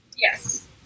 Yes